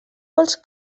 vols